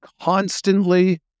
constantly